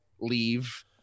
leave